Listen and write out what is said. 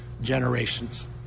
generations